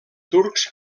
turcs